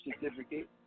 certificate